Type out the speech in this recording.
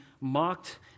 mocked